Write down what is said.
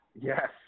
Yes